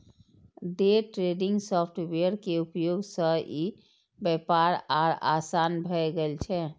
day trading software के उपयोग सं ई व्यापार आर आसान भए गेल छै